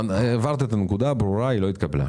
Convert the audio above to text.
הנקודה ברורה, היא לא התקבלה.